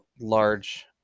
large